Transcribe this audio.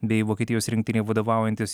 bei vokietijos rinktinei vadovaujantis